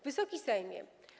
Wysoki Sejmie!